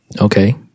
Okay